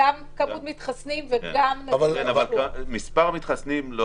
גם כמות מתחסנים וגם --- מספר מתחסנים לא